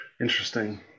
Interesting